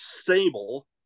Sable